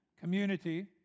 Community